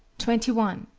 twenty one.